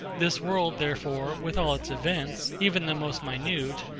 this world, therefore, with all its events, even the most minute,